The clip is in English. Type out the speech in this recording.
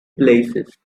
places